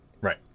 Right